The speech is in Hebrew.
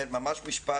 ממש משפט.